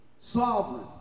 sovereign